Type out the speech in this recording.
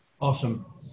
awesome